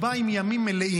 הוא בא עם ימים מלאים.